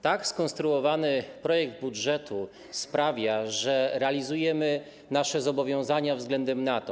Tak skonstruowany projekt budżetu sprawia, że realizujemy nasze zobowiązania względem NATO.